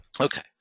Okay